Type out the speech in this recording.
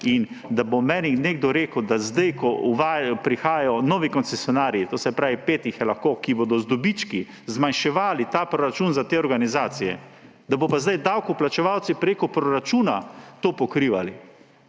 In da bo meni nekdo rekel, da zdaj, ko uvajajo, prihajajo novi koncesionarji, pet jih je lahko, ki bodo z dobički zmanjševali ta proračun za te organizacije, da bodo pa zdaj davkoplačevalci preko proračuna to pokrivali,